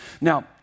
Now